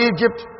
Egypt